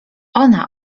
ona